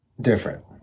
different